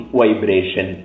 vibration